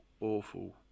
awful